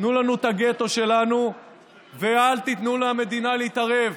תנו לנו את הגטו שלנו ואל תיתנו למדינה להתערב.